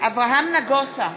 אברהם נגוסה,